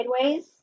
sideways